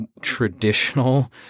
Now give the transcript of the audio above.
traditional